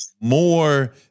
more